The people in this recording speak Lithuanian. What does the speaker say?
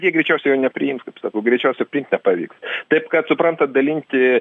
jie greičiausiai jo nepriims kaip sakau greičiasia priimt nepavyks taip kad suprantat dalinti